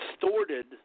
distorted –